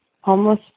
Homeless